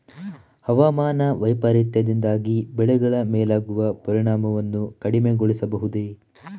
ಹವಾಮಾನ ವೈಪರೀತ್ಯದಿಂದಾಗಿ ಬೆಳೆಗಳ ಮೇಲಾಗುವ ಪರಿಣಾಮವನ್ನು ಕಡಿಮೆಗೊಳಿಸಬಹುದೇ?